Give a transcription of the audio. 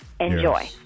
Enjoy